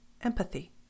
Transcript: Empathy